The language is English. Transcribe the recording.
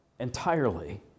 entirely